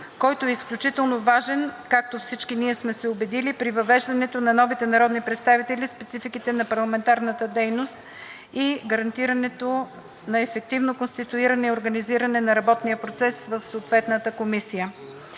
който е изключително важен, както всички ние сме се убедили, при въвеждането на новите народни представители в спецификите на парламентарната дейност и гарантирането на ефективно конституиране и организиране на работния процес в съответната комисия.